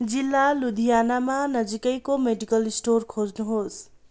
जिल्ला लुधियानामा नजिकैको मेडिकल स्टोर खोज्नुहोस्